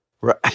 Right